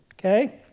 Okay